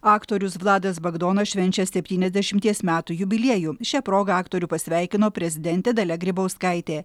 aktorius vladas bagdonas švenčia septyniasdešimties metų jubiliejų šia proga aktorių pasveikino prezidentė dalia grybauskaitė